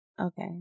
Okay